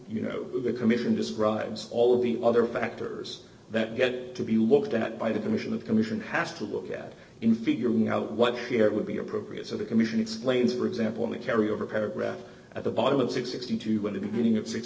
you know the commission describes all the other factors that get to be looked at by the commission of commission has to look at in figuring out what it would be appropriate for the commission explains for example the carry over paragraph at the bottom of sixty two dollars when the beginning of six